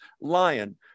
lion